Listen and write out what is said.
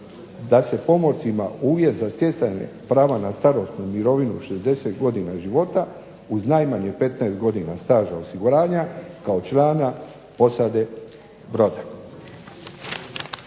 da se pomorci uvjet za stjecanje prava na starosnu mirovinu 60 godina života, uz najmanje 15 godina staža osiguranja kao člana posade broda.